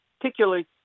particularly